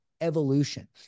evolution